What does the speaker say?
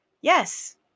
Yes